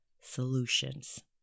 solutions